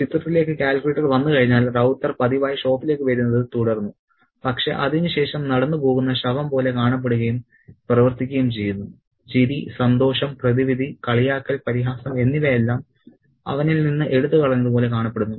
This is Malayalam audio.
ചിത്രത്തിലേക്ക് കാൽക്കുലേറ്റർ വന്നുകഴിഞ്ഞാൽ റൌത്തർ പതിവായി ഷോപ്പിലേക്ക് വരുന്നത് തുടർന്നു പക്ഷേ അതിനുശേഷം നടന്ന് പോകുന്ന ശവം പോലെ കാണപ്പെടുകയും പ്രവർത്തിക്കുകയും ചെയ്യുന്നു ചിരി സന്തോഷം പ്രതിവിധി കളിയാക്കൽ പരിഹാസം എന്നിവയെല്ലാം അവനിൽ നിന്ന് എടുത്തുകളഞ്ഞതുപോലെ കാണപ്പെടുന്നു